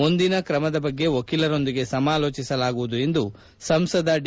ಮುಂದಿನ ತ್ರಮದ ಬಗ್ಗೆ ವಕೀಲರೊಂದಿಗೆ ಸಮಾಲೋಜಿಸಲಾಗುವುದು ಎಂದು ಸಂಸದ ಡಿ